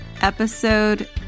Episode